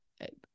right